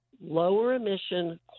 lower-emission